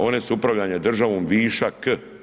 One su upravljanja državom višak.